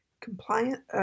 compliant